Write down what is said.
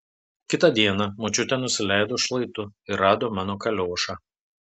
kitą dieną močiutė nusileido šlaitu ir rado mano kaliošą